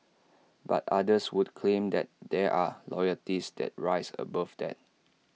but others would claim that there are loyalties that rise above that